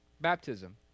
baptism